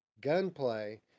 gunplay